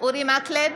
אורי מקלב,